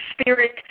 spirit